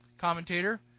commentator